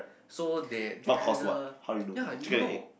so they they had the ya you don't know